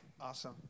Awesome